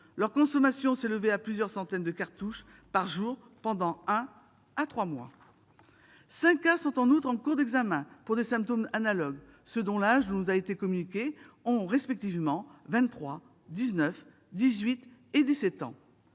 leur consommation s'élevait à plusieurs centaines de cartouches par jour pendant un à trois mois. Cinq cas sont en outre en cours d'examen pour des symptômes analogues ; ceux dont l'âge nous a été communiqué ont respectivement 23, 19, 18 et 17 ans.